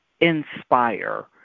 inspire